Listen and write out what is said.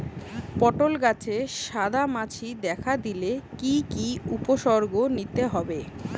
পটল গাছে সাদা মাছি দেখা দিলে কি কি উপসর্গ নিতে হয়?